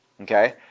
Okay